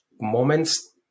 moments